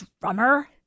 drummer